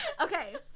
Okay